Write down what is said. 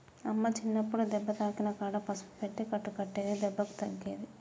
అమ్మ చిన్నప్పుడు దెబ్బ తాకిన కాడ పసుపు పెట్టి కట్టు కట్టేది దెబ్బకు తగ్గేది